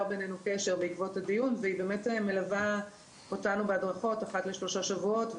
היא מלווה אותנו בהדרכות אחת לשלושה שבועות,